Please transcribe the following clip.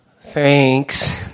Thanks